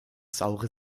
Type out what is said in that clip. saure